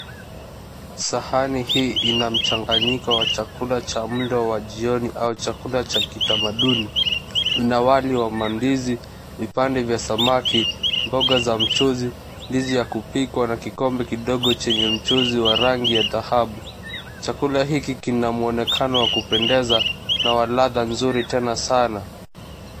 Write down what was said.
Sahani hii ina mchanganyiko wa chakula cha mlo wa jioni au chakula cha kitamaduni na wali wa mandizi, vipande vya samaki, mboga za mchuzi, ndizi ya kupikwa na kikombe kidogo chenye mchuzi wa rangi ya dhahabu. Chakula hiki kina muonekano wa kupendeza na wa ladha nzuri tena sana.